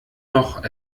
noch